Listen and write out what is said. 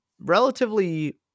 relatively